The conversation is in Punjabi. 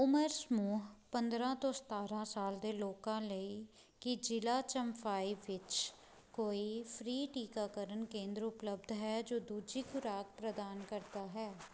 ਉਮਰ ਸਮੂਹ ਪੰਦਰਾਂ ਤੋਂ ਸਤਾਰਾਂ ਸਾਲ ਦੇ ਲੋਕਾਂ ਲਈ ਕੀ ਜ਼ਿਲ੍ਹਾ ਚੰਫਾਈ ਵਿੱਚ ਕੋਈ ਫ੍ਰੀ ਟੀਕਾਕਰਨ ਕੇਂਦਰ ਉਪਲਬਧ ਹੈ ਜੋ ਦੂਜੀ ਖੁਰਾਕ ਪ੍ਰਦਾਨ ਕਰਦਾ ਹੈ